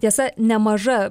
tiesa nemaža